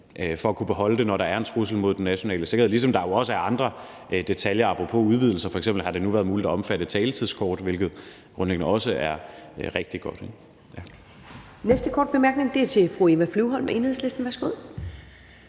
for at kunne beholde det, når der er en trussel mod den nationale sikkerhed, ligesom der jo også er andre detaljer, apropos udvidelser – f.eks. har det nu været muligt at omfatte taletidskort, hvilket grundlæggende også er rigtig godt.